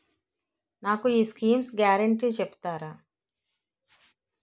నాకు ఈ schemes guarantee చెప్తారా?